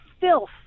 filth